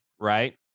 right